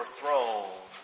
throne